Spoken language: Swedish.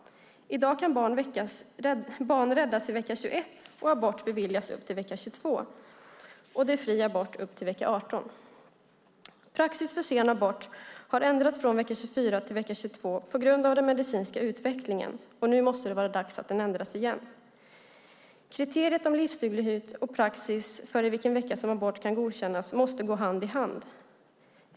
I dag kan barn räddas i vecka 21 och abort beviljas upp till vecka 22, och det är fri abort upp till vecka 18. Praxis för sen abort har ändrats från vecka 24 till vecka 22 på grund av den medicinska utvecklingen, och nu måste det vara dags att den ändras igen. Kriteriet om livsduglighet och praxis för i vilken vecka som abort kan godkännas måste gå hand i hand.